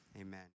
amen